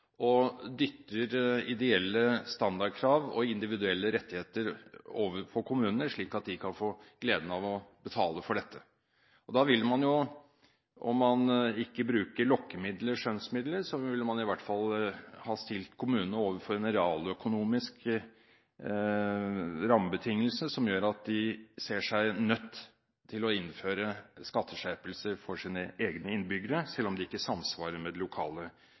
og dytter ideelle standardkrav og individuelle rettigheter over på kommunene, slik at de kan få gleden av å betale for dette. Om man ikke bruker lokkemidler, skjønnsmidler, vil man i hvert fall ha stilt kommunene overfor realøkonomiske rammebetingelser som gjør at de ser seg nødt til å innføre skatteskjerpelser for sine egne innbyggere, selv om det ikke samsvarer med de lokale